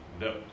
no